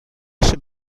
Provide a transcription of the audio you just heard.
نشه